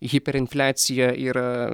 hiperinfliacija yra